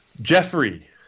Jeffrey